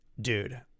dude